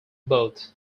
both